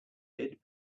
dead